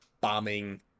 bombing